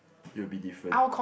it will be different